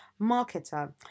marketer